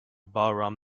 bahram